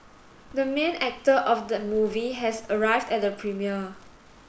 the main actor of the movie has arrived at the premiere